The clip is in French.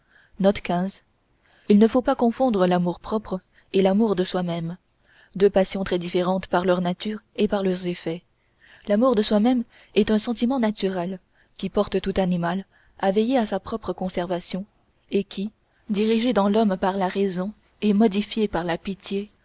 il ne faut pas confondre l'amour-propre et l'amour de soi-même deux passions très différentes par leur nature et par leurs effets l'amour de soi-même est un sentiment naturel qui porte tout animal à veiller à sa propre conservation et qui dirigé dans l'homme par la raison et modifié par la pitié